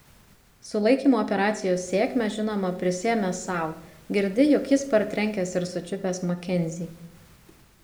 sulaikymo operacijos sėkmę žinoma prisiėmė sau girdi juk jis partrenkęs ir sučiupęs makenzį